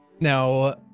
Now